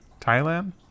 thailand